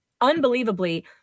unbelievably